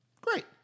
great